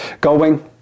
Goldwing